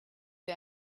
wir